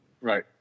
Right